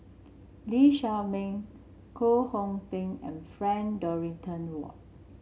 Lee Shao Meng Koh Hong Teng and Frank Dorrington Ward